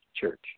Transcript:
church